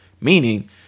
Meaning